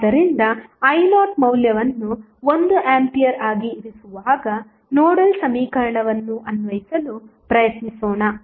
ಆದ್ದರಿಂದi0ಮೌಲ್ಯವನ್ನು 1 ampere ಆಗಿ ಇರಿಸುವಾಗ nodal ಸಮೀಕರಣವನ್ನು ಅನ್ವಯಿಸಲು ಪ್ರಯತ್ನಿಸೋಣ